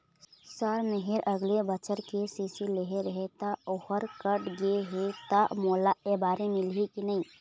Sir मेहर अगले बछर के.सी.सी लेहे रहें ता ओहर कट गे हे ता मोला एबारी मिलही की नहीं?